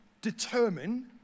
determine